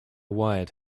wired